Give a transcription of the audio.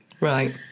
right